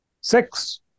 six